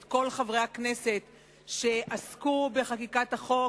את כל חברי הכנסת שעסקו בחקיקת החוק